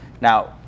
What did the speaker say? Now